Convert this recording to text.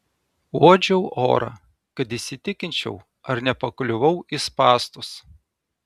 uodžiau orą kad įsitikinčiau ar nepakliuvau į spąstus